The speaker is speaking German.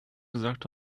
gesagt